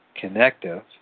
connective